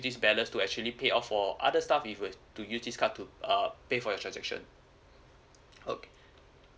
this balance to actually pay off for other stuff if you were to use this card to uh pay for your transaction okay